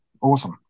awesome